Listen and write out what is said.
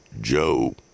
Joe